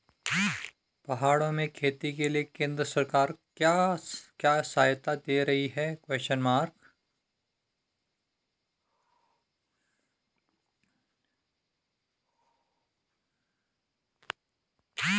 पहाड़ों में खेती के लिए केंद्र सरकार क्या क्या सहायता दें रही है?